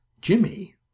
jimmy